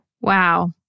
Wow